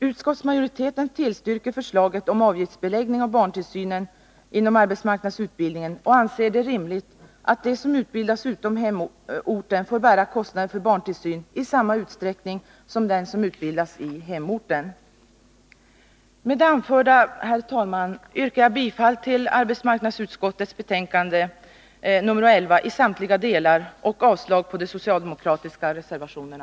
Utskottsmajoriteten tillstyrker förslaget om avgiftsbeläggning av barntillsynen inom arbetsmarknadsutbildningen och anser det rimligt att de som utbildas utom hemorten får bära kostnaden för barntillsyn i samma utsträckning som de som utbildas i hemorten. Med det anförda, herr talman, yrkar jag bifall till arbetsmarknadsutskottets hemställan i betänkande 1980/81:11 i samtliga delar och avslag på de socialdemokratiska reservationerna.